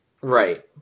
Right